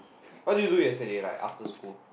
why did you do yesterday like after school